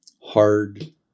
hard